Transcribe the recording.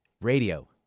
radio